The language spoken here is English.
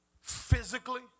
physically